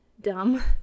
dumb